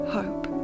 Hope